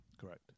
Correct